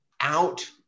out